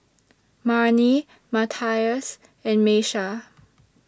Marni Matias and Miesha